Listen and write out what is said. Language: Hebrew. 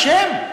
השם.